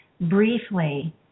briefly